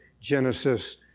Genesis